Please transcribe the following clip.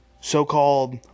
so-called